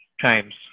times